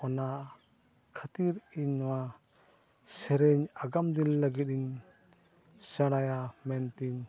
ᱚᱱᱟ ᱠᱷᱟᱹᱛᱤᱨ ᱤᱧ ᱱᱚᱣᱟ ᱥᱮᱨᱮᱧ ᱟᱜᱟᱢ ᱫᱤᱱ ᱞᱟᱹᱜᱤᱫ ᱤᱧ ᱥᱮᱬᱟᱭᱟ ᱢᱮᱱᱛᱮᱧ